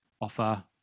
offer